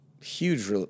huge